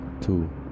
two